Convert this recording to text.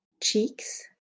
Cheeks